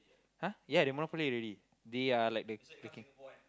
!huh! ya they monopoly already they are like the the king